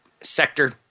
sector